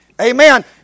Amen